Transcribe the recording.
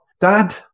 Dad